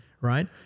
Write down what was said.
right